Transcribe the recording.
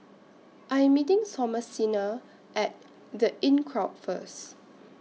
I Am meeting Thomasina At The Inncrowd First